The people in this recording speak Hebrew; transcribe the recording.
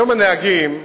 היום, הנהגים,